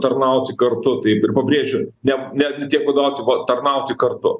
tarnauti kartu taip ir pabrėžiu ne ne tiek vadovauti va tarnauti kartu